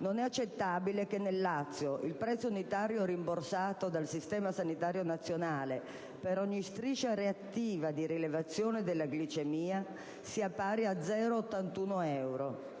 non è accettabile che nel Lazio il prezzo unitario rimborsato dal Servizio sanitario nazionale per ogni striscia reattiva di rilevazione della glicemia sia pari a 0,81 euro,